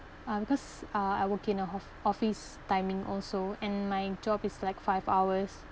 um because uh I work in an ho~ office timing also and my job is like five hours